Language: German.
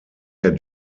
der